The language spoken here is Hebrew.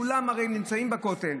כולם הרי נמצאים בכותל,